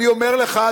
אני אומר לך,